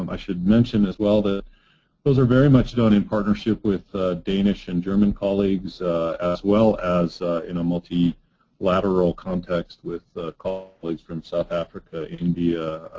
um i should mention as well that those are very much done in partnership with the danish and german colleagues as well as in a multilateral multilateral context with colleagues colleagues from south africa, india,